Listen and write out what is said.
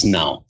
now